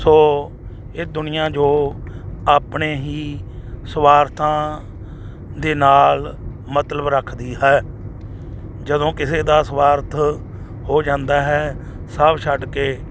ਸੋ ਇਹ ਦੁਨੀਆ ਜੋ ਆਪਣੇ ਹੀ ਸਵਾਰਥਾਂ ਦੇ ਨਾਲ ਮਤਲਬ ਰੱਖਦੀ ਹੈ ਜਦੋਂ ਕਿਸੇ ਦਾ ਸਵਾਰਥ ਹੋ ਜਾਂਦਾ ਹੈ ਸਭ ਛੱਡ ਕੇ